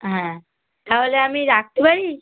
হ্যাঁ তাহলে আমি রাখতে পারি